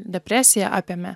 depresija apėmė